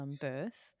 Birth